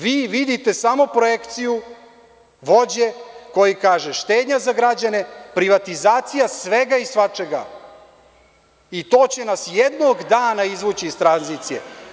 Vi vidite samo projekciju vođe koji kaže – štednja za građane, privatizacija svega i svačega i to će nas jednog dana izvući iz tranzicije.